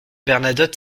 bernadotte